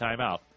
timeout